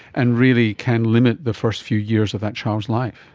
and really can limit the first few years of that child's life.